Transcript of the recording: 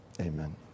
Amen